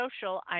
Social